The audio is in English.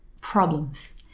problems